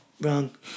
Wrong